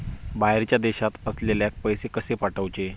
बाहेरच्या देशात असलेल्याक पैसे कसे पाठवचे?